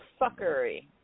fuckery